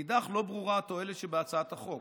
מנגד, לא ברורה התועלת שבהצעת החוק,